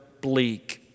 bleak